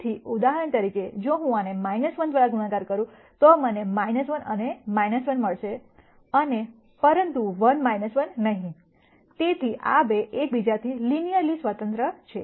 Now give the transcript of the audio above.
તેથી ઉદાહરણ તરીકે જો હું આને 1 દ્વારા ગુણાકાર કરું તો મને 1 અને 1 મળશે અને પરંતુ 1 1 નહીં તેથી આ 2 એક બીજાથી લિનયરલી સ્વતંત્ર છે